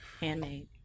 Handmade